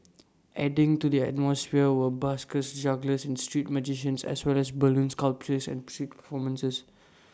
adding to the atmosphere were buskers jugglers and street magicians as well as balloon sculptures and music performances